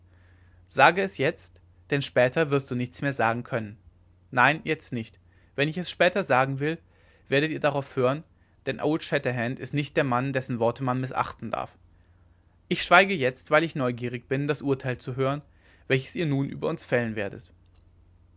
sage es jetzt denn später wirst du nichts mehr sagen können nein jetzt nicht wenn ich es später sagen will werdet ihr darauf hören denn old shatterhand ist nicht der mann dessen worte man mißachten darf ich schweige jetzt weil ich neugierig bin das urteil zu hören welches ihr nun über uns fällen werdet